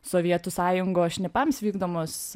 sovietų sąjungos šnipams vykdomos